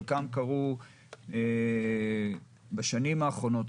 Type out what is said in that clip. חלקם קרו בשנים האחרונות,